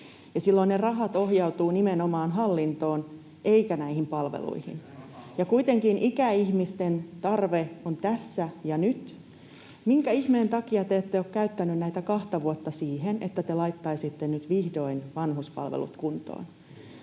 silloin ne rahat ohjautuvat nimenomaan hallintoon eivätkä näihin palveluihin, ja kuitenkin ikäihmisten tarve on tässä ja nyt. Minkä ihmeen takia te ette ole käyttäneet näitä kahta vuotta siihen, että te laittaisitte nyt vihdoin vanhuspalvelut kuntoon?